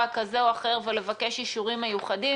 כזה או אחר ולבקש אישורים מיוחדים.